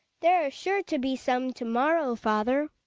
there are sure to be some to morrow, father,